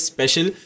Special